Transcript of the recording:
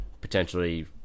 potentially